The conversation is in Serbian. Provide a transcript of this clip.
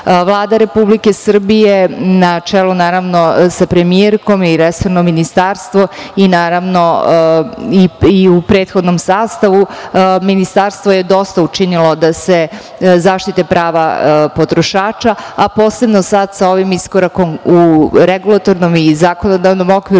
Republike Srbije na čelu sa premijerkom i resorno ministarstvo i u prethodnom sastavu ministarstvo je dosta učinilo da se zaštite prava potrošača, a posebno sad sa ovim iskorakom u regulatornom i zakonodavnom okviru